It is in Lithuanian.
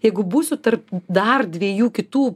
jeigu būsiu tarp dar dviejų kitų